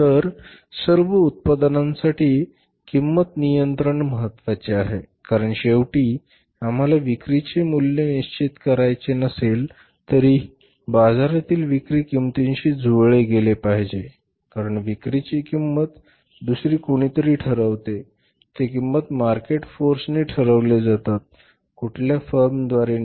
तर सर्व उत्पादनांसाठी किंमत नियंत्रण महत्वाचे आहे कारण शेवटी आम्हाला विक्रीचे मूल्य निश्चित करायचे नसले तरी बाजारातील विक्री किंमतीशी जुळले गेले पाहिजे कारण विक्रीची किंमत दुसर कोणीतरी ठरवते ते किंमत मार्केट फोर्स नी ठरवले जातात कुठल्या फर्म द्वारे नाही